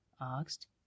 asked